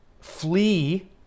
flee